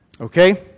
Okay